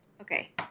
Okay